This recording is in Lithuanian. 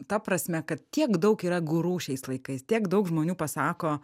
ta prasme kad tiek daug yra guru šiais laikais tiek daug žmonių pasako